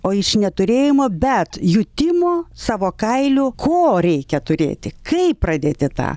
o iš neturėjimo bet jutimo savo kailiu ko reikia turėti kaip pradėti tą